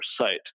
site